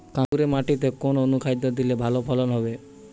কাঁকুরে মাটিতে কোন অনুখাদ্য দিলে ভালো ফলন হবে?